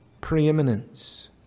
preeminence